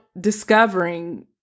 discovering